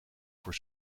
voor